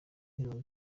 mirongo